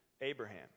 Abraham